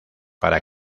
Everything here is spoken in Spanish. para